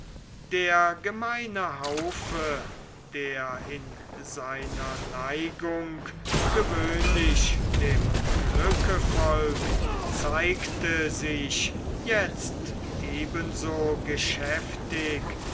der gemeine haufe der in seiner neigung gewöhnlich dem glücke folgt zeigte sich jetzt eben so geschäftig